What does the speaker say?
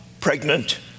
pregnant